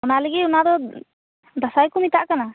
ᱚᱱᱟᱞᱟᱹᱜᱤᱫ ᱚᱱᱟ ᱫᱚ ᱫᱟᱥᱟᱸᱭ ᱠᱚ ᱢᱮᱛᱟᱜ ᱠᱟᱱᱟ